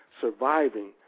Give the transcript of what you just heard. surviving